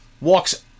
walks